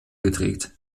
gedreht